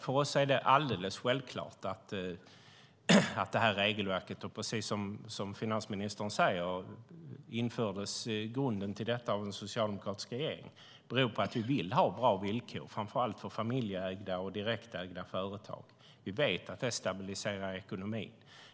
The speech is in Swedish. För oss är det självklart att det här regelverket - precis som finansministern säger infördes grunden till detta av en socialdemokratisk regering - handlar om att vi vill ha bra villkor framför allt för familjeägda och direktägda företag. Vi vet att det stabiliserar ekonomin.